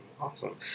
awesome